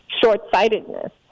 short-sightedness